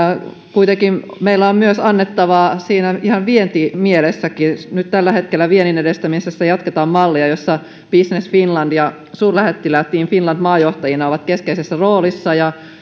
kuitenkin meillä on annettavaa siinä ihan vientimielessäkin nyt tällä hetkellä vienninedistämisessä jatketaan mallia jossa business finland ja suurlähettiläät team finland maajohtajina ovat keskeisessä roolissa ja